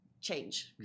change